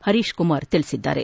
ಹರೀಶ್ ಕುಮಾರ್ ಹೇಳಿದ್ದಾರೆ